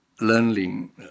learning